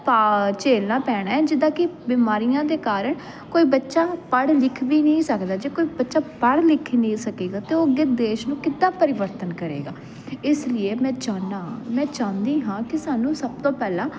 ਭਾ ਝੇਲਣਾ ਪੈਣਾ ਜਿੱਦਾਂ ਕਿ ਬਿਮਾਰੀਆਂ ਦੇ ਕਾਰਨ ਕੋਈ ਬੱਚਾ ਪੜ੍ਹ ਲਿਖ ਵੀ ਨਹੀਂ ਸਕਦਾ ਜੇ ਕੋਈ ਬੱਚਾ ਪੜ੍ਹ ਲਿਖ ਹੀ ਨਹੀਂ ਸਕੇਗਾ ਤਾਂ ਉਹ ਅੱਗੇ ਦੇਸ਼ ਨੂੰ ਕਿੱਦਾਂ ਪਰਿਵਰਤਨ ਕਰੇਗਾ ਇਸ ਲਈ ਮੈਂ ਚਾਹਨਾ ਹਾਂ ਮੈਂ ਚਾਹੁੰਦੀ ਹਾਂ ਕਿ ਸਾਨੂੰ ਸਭ ਤੋਂ ਪਹਿਲਾਂ